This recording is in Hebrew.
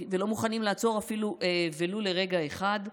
ולא מוכנים לעצור ולו לרגע אחד,